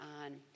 on